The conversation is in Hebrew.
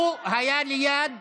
הוא היה ליד ולא,